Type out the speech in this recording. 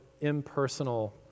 impersonal